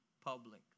public